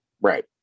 Right